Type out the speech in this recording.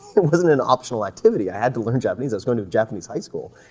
it wasn't an optional activity. i had to learn japanese. i was going to a japanese high school,